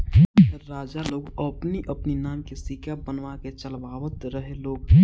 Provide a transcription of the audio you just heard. राजा लोग अपनी अपनी नाम के सिक्का बनवा के चलवावत रहे लोग